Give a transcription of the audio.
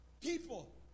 People